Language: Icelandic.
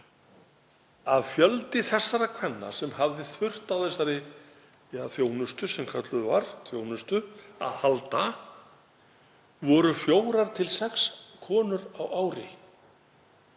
að fjöldi þessara kvenna sem hafði þurft á þessari þjónustu, sem kölluð var, að halda voru fjórar til sex konur á ári.